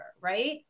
right